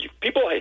people